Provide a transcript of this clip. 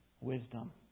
wisdom